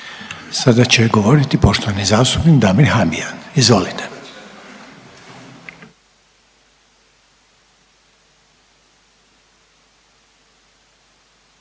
Sada će govoriti poštovani zastupnik Damir Habijan. Izvolite.